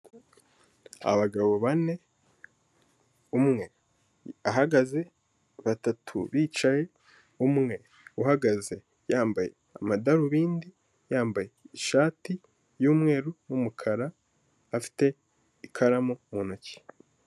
Abagabo bane, umwe ahagaze, batatu bicaye, umwe uhagaze yambaye amadarubindi, yambaye ishati y'umweru n'umukara, afite ikaramu mu ntoki.